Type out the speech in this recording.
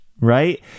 right